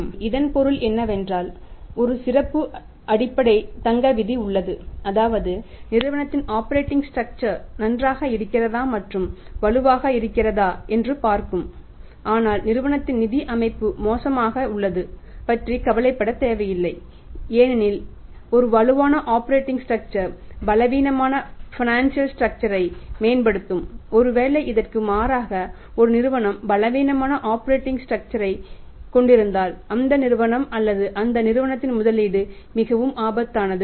எனவே இதன் பொருள் என்னவென்றால் ஒரு சிறப்பு அடிப்படை தங்க விதி உள்ளது அதாவது நிறுவனத்தின் ஆப்பரேட்டிங் ஸ்ட்ரக்சர் ஐ கொண்டிருந்தாள் அந்த நிறுவனம் அல்லது அந்த நிறுவனத்தில் முதலீடு மிகவும் ஆபத்தானது